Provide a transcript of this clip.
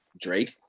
Drake